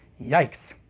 yikes.